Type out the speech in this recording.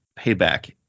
payback